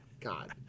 God